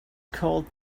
called